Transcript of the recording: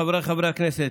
חבריי חברי הכנסת,